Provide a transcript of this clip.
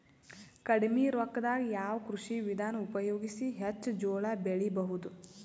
ಕಡಿಮಿ ರೊಕ್ಕದಾಗ ಯಾವ ಕೃಷಿ ವಿಧಾನ ಉಪಯೋಗಿಸಿ ಹೆಚ್ಚ ಜೋಳ ಬೆಳಿ ಬಹುದ?